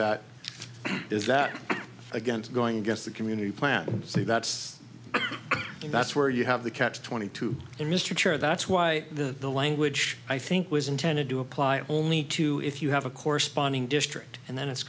that is that against going against the community plan c that's the best where you have the catch twenty two in mr chair that's why the the language i think was intended to apply only to if you have a corresponding district and then it's